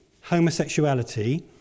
homosexuality